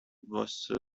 was